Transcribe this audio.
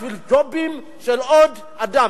בשביל ג'ובים של עוד אדם?